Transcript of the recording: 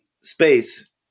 space